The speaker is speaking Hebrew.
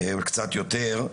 קצת יותר,